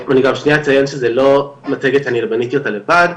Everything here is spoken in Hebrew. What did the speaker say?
אני גם שנייה אציין שזה לא מצגת שאני בניתי אותה לבד,